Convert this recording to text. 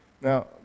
Now